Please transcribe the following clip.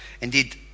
Indeed